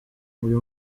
uyu